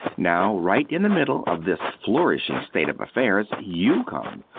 now, right in the middle of this flourishing state of affairs you come,